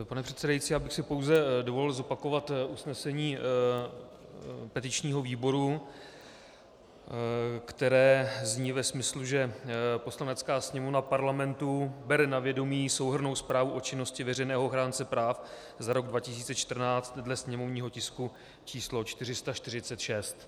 Pane předsedající, já bych si pouze dovolil zopakovat usnesení petičního výboru, které zní ve smyslu, že Poslanecká sněmovna Parlamentu bere na vědomí Souhrnnou zprávu o činnosti veřejného ochránce práv za rok 2014 dle sněmovního tisku číslo 446.